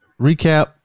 recap